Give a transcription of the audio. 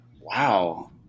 wow